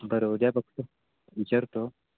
बरं उद्या बघतो विचारतो